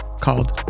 called